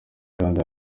kandi